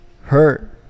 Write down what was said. hurt